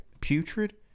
Putrid